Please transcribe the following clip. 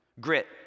grit